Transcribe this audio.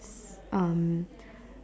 um